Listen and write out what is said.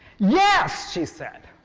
yes! she said.